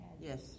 Yes